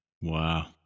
Wow